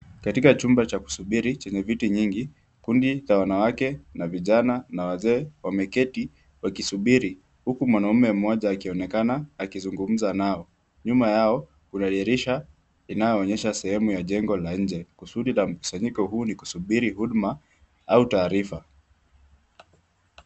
Katika chumba cha kusubiri chenye viti vingi, kundi la wanawake na vijana na wazee wameketi wakisubiri, huku mwanaume mmoja akionekana akizungumza nao. Nyuma yao kuna dirisha inayoonyesha sehemu ya jengo la nje. Kusudi la mkusanyiko ni kusubiri huduma au taarifa.